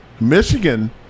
michigan